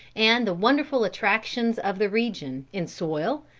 and the wonderful attractions of the region, in soil,